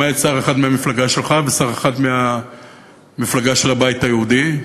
למעט שר אחד מהמפלגה שלך ושר אחד מהמפלגה של הבית היהודי,